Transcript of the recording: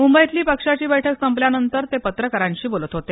मुंबईतली पक्षाची बैठक संपल्यानंतर ते पत्रकारांशी बोलत होते